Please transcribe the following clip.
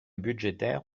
budgétaire